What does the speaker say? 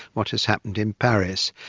what has happened in paris.